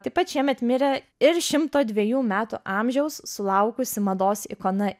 taip pat šiemet mirė ir šimto dvejų metų amžiaus sulaukusi mados ikona